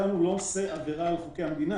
לא עובר על חוקי המדינה,